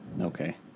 Okay